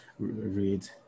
Read